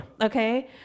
Okay